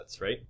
right